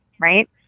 Right